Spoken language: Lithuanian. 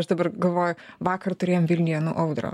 aš dabar galvoju vakar turėjom vilniuje nu audrą